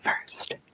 first